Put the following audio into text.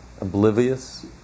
oblivious